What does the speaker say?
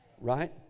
Right